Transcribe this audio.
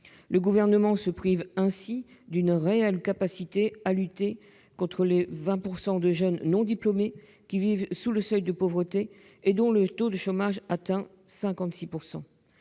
Le Gouvernement se prive ainsi d'une réelle capacité à lutter contre les 20 % de jeunes non diplômés qui vivent sous le seuil de pauvreté et dont le taux de chômage atteint 56 %.